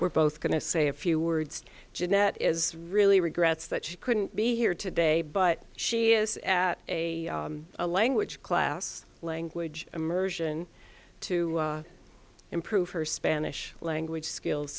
we're both going to say a few words jeannette is really regrets that she couldn't be here today but she is a language class language immersion to improve her spanish language skills